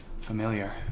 familiar